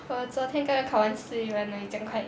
我昨天刚刚考完试哪里有酱快